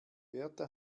berta